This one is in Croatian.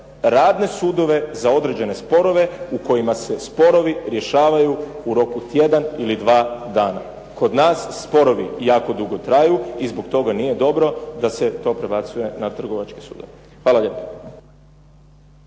radne sudove za određene sporove u kojima se sporovi rješavaju u roku tjedan ili dva dana. Kod nas sporovi jako dugo traju i zbog toga nije dobro da se to prebacuje na Trgovačke sudove. Hvala lijepa.